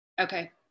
Okay